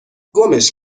گمش